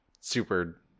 super